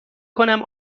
کنم